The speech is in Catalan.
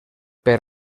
per